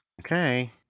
Okay